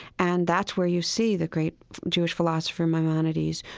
and that's where you see the great jewish philosopher maimonides,